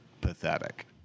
pathetic